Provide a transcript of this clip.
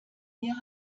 hier